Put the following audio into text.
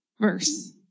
verse